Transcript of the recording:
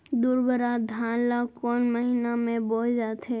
दुबराज धान ला कोन महीना में बोये जाथे?